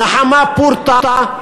נחמה פורתא,